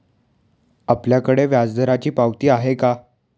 आपल्याकडे व्याजदराची पावती आहे का?